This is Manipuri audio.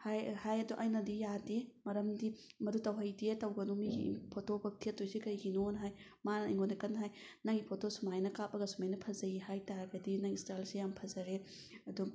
ꯍꯥꯏ ꯍꯥꯏ ꯑꯗꯣ ꯑꯩꯅꯗꯤ ꯌꯥꯗꯦ ꯃꯔꯝꯗꯤ ꯃꯗꯨ ꯇꯧꯍꯩꯗꯦ ꯇꯧꯒꯅꯨ ꯃꯤꯒꯤ ꯐꯣꯇꯣꯕꯨ ꯊꯦꯠꯇꯣꯏꯁꯦ ꯀꯔꯤꯒꯤꯅꯣꯅ ꯍꯥꯏ ꯃꯥꯅ ꯑꯩꯉꯣꯟꯗ ꯀꯟꯅ ꯍꯥꯏ ꯅꯪꯒꯤ ꯐꯣꯇꯣ ꯁꯨꯃꯥꯏꯅ ꯀꯥꯞꯄꯒ ꯁꯨꯃꯥꯏꯅ ꯐꯖꯩ ꯍꯥꯏ ꯇꯥꯔꯒꯗꯤ ꯅꯪꯒꯤ ꯏꯁꯇꯥꯏꯜꯁꯦ ꯌꯥꯝꯅ ꯐꯖꯔꯦ ꯑꯗꯨꯝ